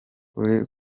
uri